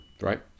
right